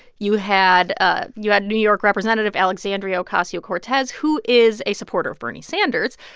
you had ah you had new york representative alexandria ocasio-cortez, who is a supporter of bernie sanders,